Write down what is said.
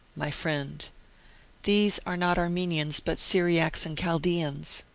my friend these are not armenians, but syriacs and chaldeans.